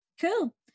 Cool